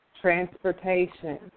transportation